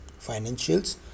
financials